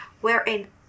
wherein